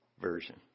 version